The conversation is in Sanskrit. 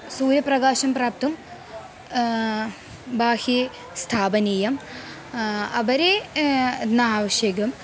सूर्यप्रकाशं प्राप्तुं बाह्ये स्थापनीयम् अपरे न आवश्यकम्